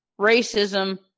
racism